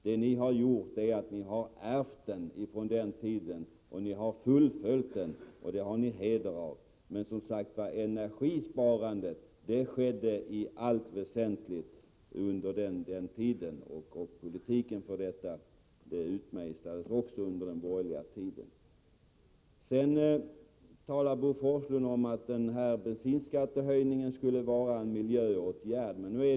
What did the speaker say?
Det ni har gjort är att ni har ärvt den politiken från den tiden, och ni har fullföljt den. Det har ni heder av. Men, som sagt, energisparandet skedde i allt väsentligt under det borgerliga regeringsinnehavet, och politiken för detta utmejslades också under den borgerliga tiden. Sedan talade Bo Forslund om att bensinskattehöjningen skulle ha vidtagits av miljöskäl.